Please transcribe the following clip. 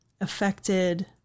affected